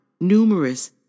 numerous